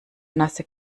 nasse